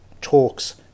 talks